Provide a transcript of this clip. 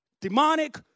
demonic